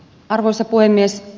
arvoisa puhemies